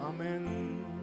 Amen